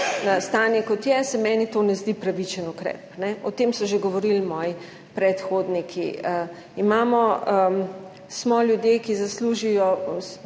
kot je, se meni to ne zdi pravičen ukrep. O tem so že govorili moji predhodniki. Smo ljudje, ki zaslužimo